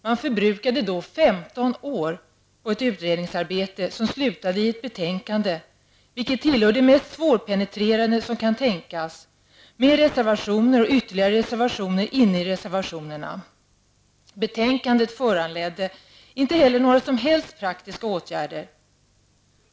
Man förbrukade då femton år på ett utredningsarbete som slutade i ett betänkande, vilket tillhör det mest svårpenetrerade som kan tänkas, med reservationer och ytterligare reservationer inne i reservationerna. Betänkandet föranledde inte heller några som helst praktiska åtgärder.